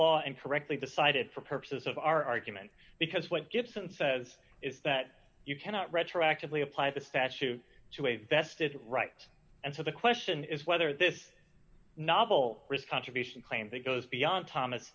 law and correctly decided for purposes of our argument because what gibson says is that you cannot retroactively apply the statute to a vested right and so the question is whether this novel risk contribution claim that goes beyond thomas